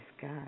God